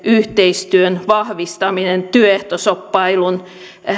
yhteistyön vahvistaminen työehtoshoppailun